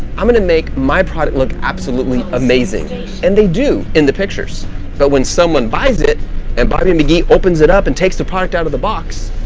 i'm gonna make my product look absolutely amazing and they do in the pictures but when someone buys it and bobby mcgee mcgee opens it up and takes the product out of the box,